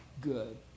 good